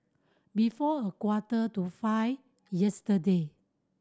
before a quarter to five yesterday